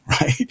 Right